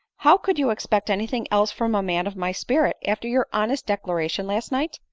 how could you expect any thing else from a man of my spirit, after your honest declaration last night?